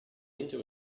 into